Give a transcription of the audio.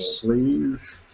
please